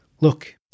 Look